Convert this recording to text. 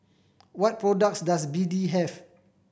what products does B D have